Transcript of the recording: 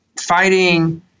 Fighting